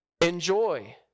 enjoy